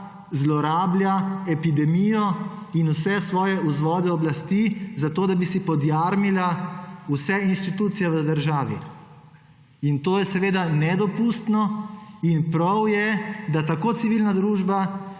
zlorablja epidemijo in vse svoje vzvode oblasti zato, da bi si podjarmila vse inštitucije v državi in to je seveda nedopustno in prav je, da tako civilna družba